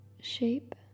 shape